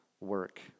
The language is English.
work